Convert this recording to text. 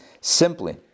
simply